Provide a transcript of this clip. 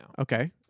okay